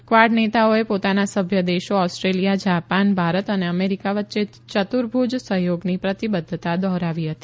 Quad નેતાઓએ પોતાના સભ્ય દેશો ઓસ્ટ્રેલીયા જાપાન ભારતન અને અમેરીકા વચ્ચે યતુર્ભુજ સફયોગની પ્રતિબધ્ધતા દોહરાવી હતી